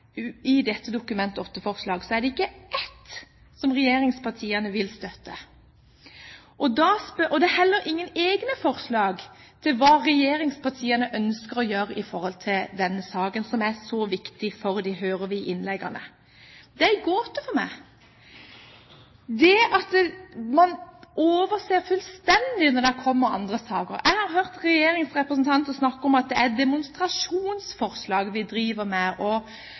i forbindelse med dette Dokument 8-forslaget, er det ikke ett som regjeringspartiene vil støtte. Og det er heller ingen egne forslag fra regjeringspartiene om hva de ønsker å gjøre i denne saken, som er så viktig for dem, hører vi i innleggene. Det er en gåte for meg, det at man overser det fullstendig når det kommer andre saker. Jeg har hørt regjeringens representanter snakke om at det er demonstrasjonsforslag vi driver med, og